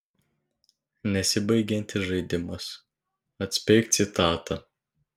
nesibaigiantis žaidimas atspėk citatą